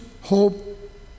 hope